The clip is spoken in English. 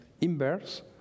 inverse